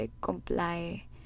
comply